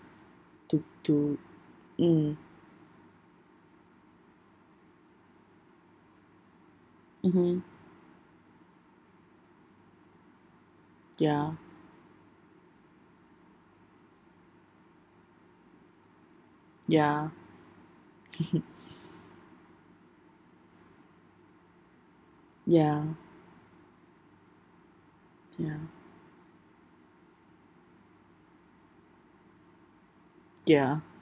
to to mm mmhmm ya ya ya ya ya